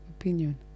opinion